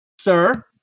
Sir